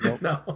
No